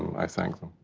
i thank them.